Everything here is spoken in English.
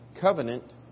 covenant